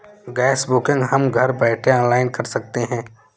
gas booking हम घर बैठे ऑनलाइन कर सकते है